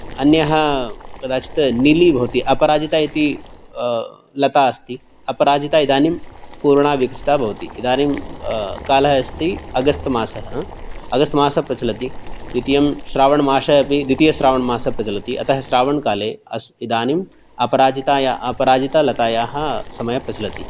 अन्यः कदाचित् नीलि भवति अपराजिता इति लता अस्ति अपराजिता इदानीं पूर्णा विकसिता भवति इदानीं कालः अस्ति अगस्त् मासः अगस्त् मासः प्रचलति द्वितीयं श्रावणमासः अपि द्वितीयश्रावणमासः प्रचलति अतः श्रावणकाले अस् इदानीं अपराजिताया अपराजितालतायाः समयः प्रचलति